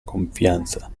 confianza